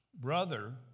brother